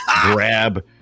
grab